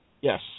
Yes